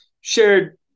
shared